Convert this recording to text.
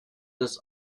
das